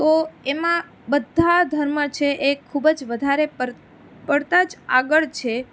તો એમાં બધા ધર્મના એ ખૂબ જ વધારે પડતા જ આગળ છે